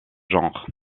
genres